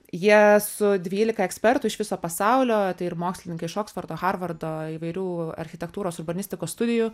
jie su dvylika ekspertų iš viso pasaulio tai ir mokslininkai iš oksfordo harvardo įvairių architektūros urbanistikos studijų